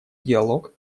диалог